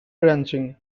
ranching